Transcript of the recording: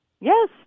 Yes